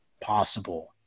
possible